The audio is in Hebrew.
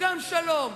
וגם שלום,